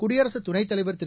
குடியரசு துணைத் தலைவர் திரு